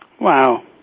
Wow